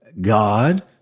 God